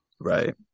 Right